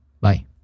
bye